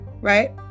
right